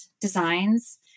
designs